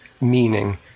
meaning